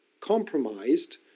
compromised